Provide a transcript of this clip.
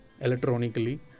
electronically